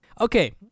okay